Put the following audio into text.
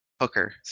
hooker